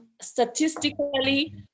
statistically